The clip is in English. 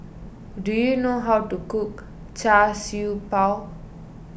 do you know how to cook Char Siew Bao